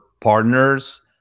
partners